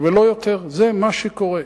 ולא יותר, זה מה שקורה.